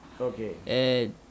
Okay